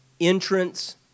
entrance